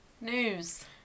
news